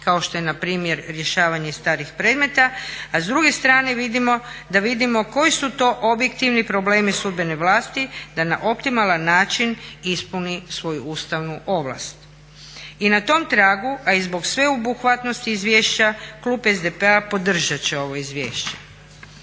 kao što je na primjer rješavanje starih predmeta, a s druge strane da vidimo koji su to objektivni problemi sudbene vlasti da na optimalan način ispuni svoju ustavnu ovlast. I na tom tragu, a i zbog sveobuhvatnosti izvješća klub SDP-a podržat će ovo izvješće.